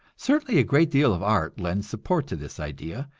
certainly a great deal of art lends support to this idea,